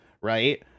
right